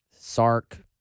Sark